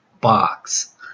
box